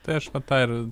tai aš vat tą ir